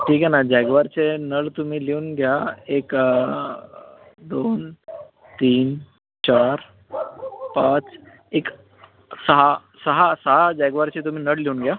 ठीक आहे ना जॅग्वारचे नळ तुम्ही लिहून घ्या एक दोन तीन चार पाच एक सहा सहा सहा जॅग्वारचे तुम्ही नळ लिहून घ्या